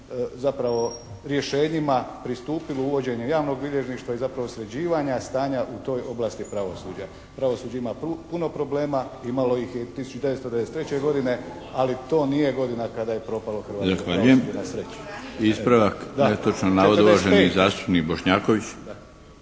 zapravo rješenjima pristupilo uvođenje javnog bilježništva i zapravo sređivanja stanja u toj oblasti pravosuđa. Pravosuđe ima puno problema i imalo ih je 1993. godine, ali to nije godina kada je propalo hrvatsko pravosuđe, na sreću. **Milinović, Darko (HDZ)** Zahvaljujem.